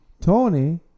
Tony